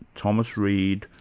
thomas reid,